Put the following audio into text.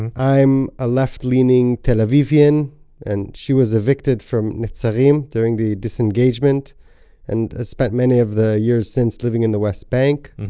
and i'm a left-leaning tel-avivian and she was evicted from netzarim during the disengagement and has spent many of the years since living in the west bank.